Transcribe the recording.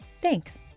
thanks